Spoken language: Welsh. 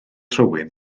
rhywun